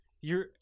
You're-